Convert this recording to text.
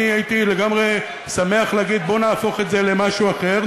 אני הייתי לגמרי שמח להגיד: בוא נהפוך את זה למשהו אחר.